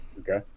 Okay